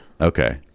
Okay